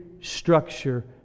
structure